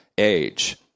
age